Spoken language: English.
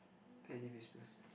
any business